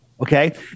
Okay